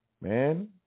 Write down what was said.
man